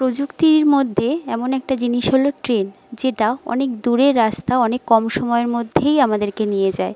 প্রযুক্তির মধ্যে এমন একটা জিনিস হল ট্রেন যেটা অনেক দূরের রাস্তা অনেক কম সময়ের মধ্যেই আমাদেরকে নিয়ে যায়